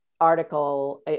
article